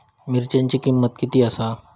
मिरच्यांची किंमत किती आसा?